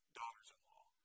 daughters-in-law